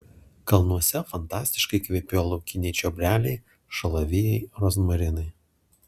kalnuose fantastiškai kvepėjo laukiniai čiobreliai šalavijai rozmarinai